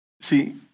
See